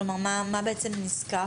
מה נזקק?